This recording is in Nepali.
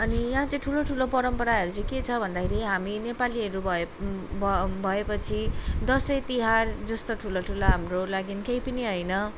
अनि यहाँ चाहिँ ठुलो ठुलो परम्पराहरू चाहिँ के छ भन्दाखेरि हामी नेपालीहरू भए भए भएपछि दसैँ तिहार जस्तो ठुलाठुला हाम्रो लागि केही पनि होइन